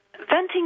Venting